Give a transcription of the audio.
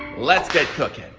let's get cookin'.